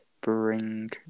bring